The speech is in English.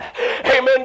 Amen